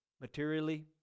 materially